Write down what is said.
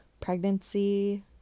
pregnancy